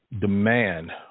demand